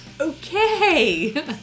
okay